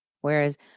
Whereas